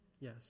Yes